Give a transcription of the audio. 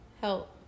help